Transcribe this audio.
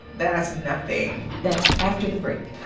that's nothing that's after the break